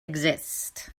exist